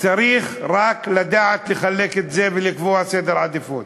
צריך רק לדעת לחלק את זה ולקבוע סדר עדיפויות.